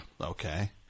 Okay